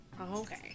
Okay